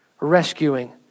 rescuing